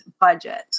budget